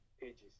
pages